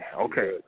Okay